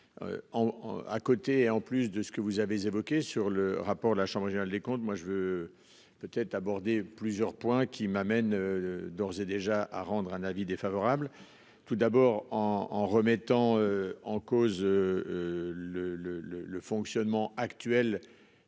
à côté et en plus de ce que vous avez évoqué sur le rapport de la chambre régionale des comptes, moi je veux. Peut être abordé plusieurs points qui m'amène. D'ores et déjà à rendre un avis défavorable. Tout d'abord en en remettant en cause. Le le le le. Fonctionnement actuel